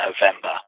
November